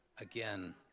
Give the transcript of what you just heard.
again